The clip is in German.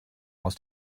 aus